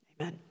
Amen